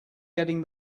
getting